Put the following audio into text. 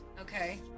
Okay